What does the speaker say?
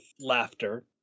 laughter